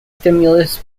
stimulus